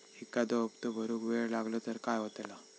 एखादो हप्तो भरुक वेळ लागलो तर काय होतला?